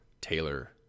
Taylor